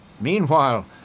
Meanwhile